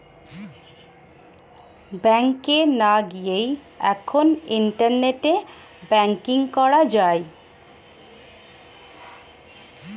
ব্যাংকে না গিয়েই এখন ইন্টারনেটে ব্যাঙ্কিং করা যায়